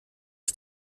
ist